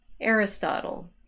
aristotle